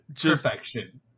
perfection